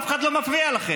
אף אחד לא מפריע לכם.